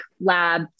lab